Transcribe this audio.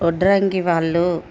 వడ్రంగి వాళ్ళు